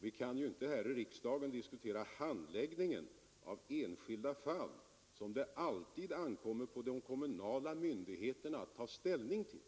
Vi kan ju inte här i riksdagen diskutera handläggningen av enskilda fall, som det alltid ankommer på de kommunala myndigheterna att ta ställning till.